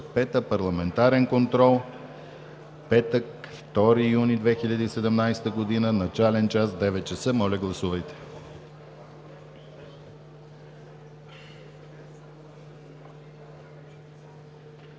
петък, 2 юни 2017 година, начален час 9,00 ч.“ Моля, гласувайте.